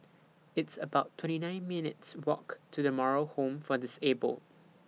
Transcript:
It's about twenty nine minutes' Walk to The Moral Home For Disabled